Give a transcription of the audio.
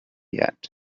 yet